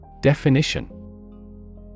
Definition